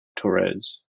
torres